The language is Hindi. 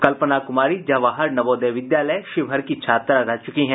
कल्पना कुमारी जवाहर नवोदय विद्यालय शिवहर की छात्रा रह चुकी हैं